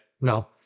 No